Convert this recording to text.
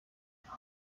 zéro